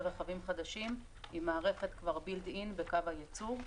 רכבים חדשים עם מערכת שהיא בילט-אין בקו הייצור.